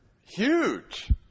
huge